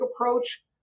approach